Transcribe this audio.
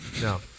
No